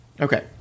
Okay